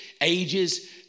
ages